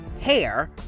hair